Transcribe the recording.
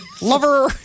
Lover